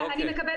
אם מישהו יתקין?